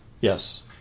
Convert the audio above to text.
Yes